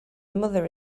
mother